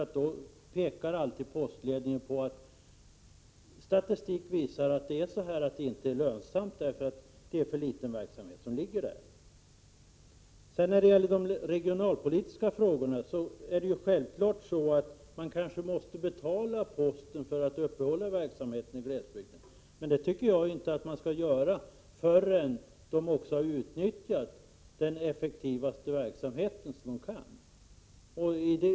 Postledningen pekar genomgående på att statistik visar att verksamheten är för liten för att detta alternativ skall vara lönsamt. När det gäller de regionalpolitiska frågorna måste man kanske betala posten för att upprätthålla verksamhet i glesbygden. Men jag tycker inte att man skall göra det förrän posten börjat använda den effektivaste transporttypen.